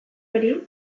hori